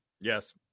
yes